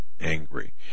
angry